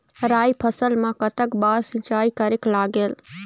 राई फसल मा कतक बार सिचाई करेक लागेल?